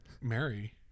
Mary